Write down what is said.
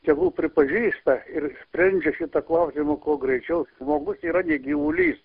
tegul pripažįsta ir sprendžia šitą klausimą kuo greičiau žmogus yra ne gyvulys